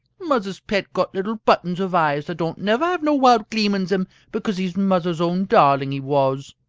muzzer's pet got little buttons of eyes, that don't never have no wild gleam in zem because he's muzzer's own darling, he was!